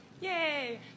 Yay